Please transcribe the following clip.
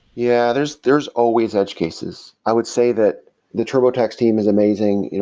yeah. there's there's always edge cases. i would say that the turbotax team is amazing.